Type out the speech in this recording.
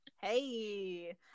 Hey